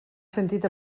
sentit